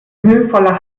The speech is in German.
mühevoller